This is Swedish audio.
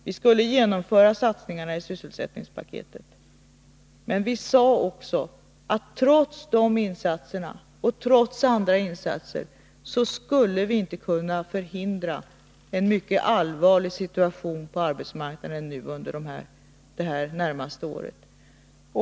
Vi skulle genomföra satsningarna i sysselsättningspaketet. Men vi sade också, att trots dessa och andra insatser, skulle vi inte kunna hindra att det uppstod en mycket allvarlig situation på arbetsmarknaden under det närmaste året.